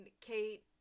Kate